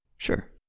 Sure